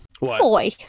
Boy